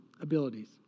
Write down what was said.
abilities